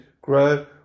grow